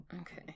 Okay